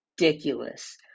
ridiculous